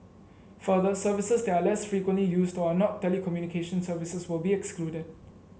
further services that are less frequently used or are not telecommunication services will be excluded